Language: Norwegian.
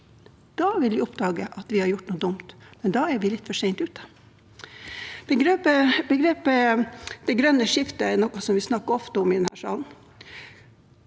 Da vil vi oppdage at vi har gjort noe dumt, men da vil vi være litt for sent ute. Begrepet det grønne skiftet er noe vi ofte snakker om i denne salen.